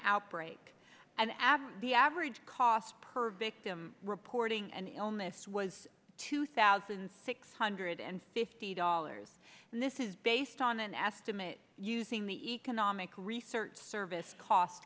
outbreak and add the average cost per victim reporting and illness was two thousand six hundred and fifty dollars and this is based on an estimate using the economic research service cost